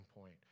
point